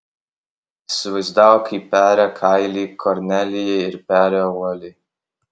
įsivaizdavo kaip peria kailį kornelijai ir peria uoliai